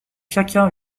chacun